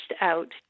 out